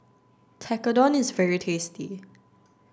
Tekkadon is very tasty